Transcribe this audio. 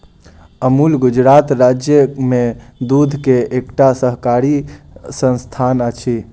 अमूल गुजरात राज्य में दूध के एकटा सहकारी संस्थान अछि